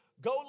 go